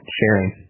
sharing